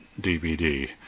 DVD